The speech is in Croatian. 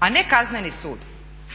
a ne Kazneni sud,